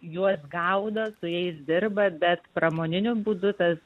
juos gaudo su jais dirba bet pramoniniu būdu tas